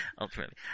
Ultimately